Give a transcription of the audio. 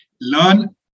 learn